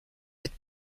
être